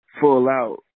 full-out